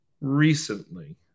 recently